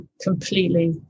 completely